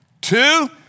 Two